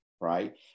Right